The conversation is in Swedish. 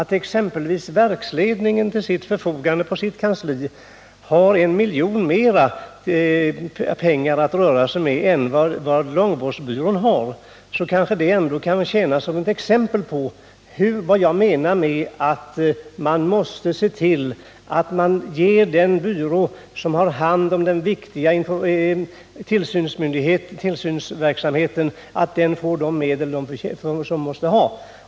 Om man exempelvis vet att verksledningen till sitt förfogande på sitt kansli har I milj.kr. mera att röra sig med än vad långvårdsbyrån har, kanske detta kan tjäna som ett exempel på vad jag menar när jag säger att man måste se till att man kan ge den byrå som har hand om den viktiga tillsynsverksamheten de medel den måste ha.